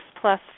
plus